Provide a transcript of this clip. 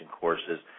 courses